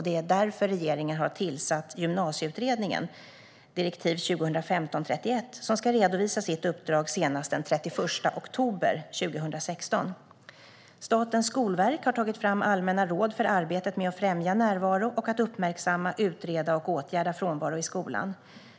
Det är därför regeringen tillsatt Gymnasieutredningen, direktiv 2015:31, som ska redovisa sitt uppdrag senast den 31 oktober 2016. Statens skolverk har tagit fram allmänna råd för arbetet med att främja närvaro och att uppmärksamma, utreda och åtgärda frånvaro i skolan.